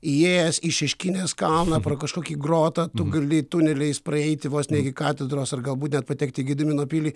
įėjęs į šeškinės kalną pro kažkokį grotą tu gali tuneliais praeiti vos ne iki katedros ar galbūt net patekti į gedimino pilį